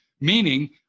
meaning